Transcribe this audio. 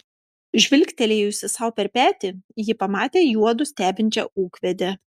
žvilgtelėjusi sau per petį ji pamatė juodu stebinčią ūkvedę